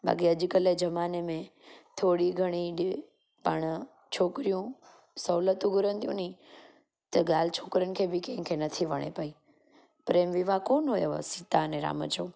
बाक़ी अॼु कल्ह ज़माने में थोरी घणी ॾि पाण छोकिरियूं सहूलतियूं घुरनि थियूं नी त ॻाल्हि छोकिरनि खे भी कंहिं खे नथी वणे पई प्रेमु विवाह कोन्ह हुयव सीता अने राम जो